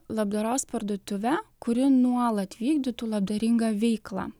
labdaros parduotuvę kuri nuolat vykdytų labdaringą veiklą